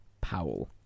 Powell